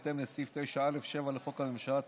ובהתאם לסעיף 9(א)(7) לחוק הממשלה,